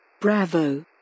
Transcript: Bravo